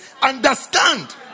understand